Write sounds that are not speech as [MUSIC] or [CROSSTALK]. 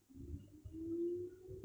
[NOISE]